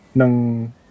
ng